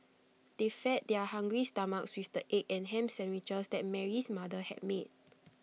they fed their hungry stomachs with the egg and Ham Sandwiches that Mary's mother had made